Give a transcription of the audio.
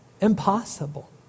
Impossible